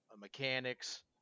mechanics